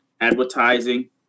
advertising